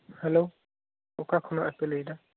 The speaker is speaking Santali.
ᱦᱮᱞᱳ ᱚᱠᱟ ᱠᱷᱚᱱᱟᱜ ᱯᱮ ᱞᱟᱹᱭᱫᱟ